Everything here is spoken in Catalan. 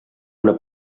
una